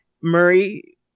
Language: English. Murray